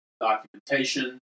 documentation